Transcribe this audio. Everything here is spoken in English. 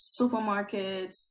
supermarkets